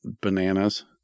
bananas